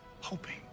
hoping